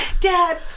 Dad